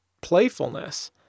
playfulness